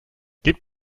gib